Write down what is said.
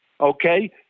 okay